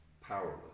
powerless